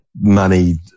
money